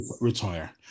retire